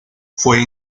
fue